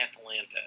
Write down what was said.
Atlanta